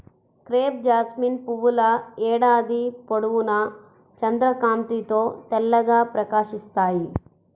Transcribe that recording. crepe jasmine పువ్వుల ఏడాది పొడవునా చంద్రకాంతిలో తెల్లగా ప్రకాశిస్తాయి